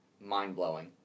mind-blowing